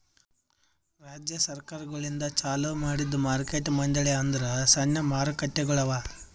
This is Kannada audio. ರಾಜ್ಯ ಸರ್ಕಾರಗೊಳಿಂದ್ ಚಾಲೂ ಮಾಡಿದ್ದು ಮಾರ್ಕೆಟ್ ಮಂಡಳಿ ಅಂದುರ್ ಸಣ್ಣ ಮಾರುಕಟ್ಟೆಗೊಳ್ ಅವಾ